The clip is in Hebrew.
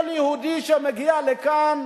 כל יהודי שמגיע לכאן